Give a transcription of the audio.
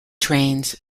trains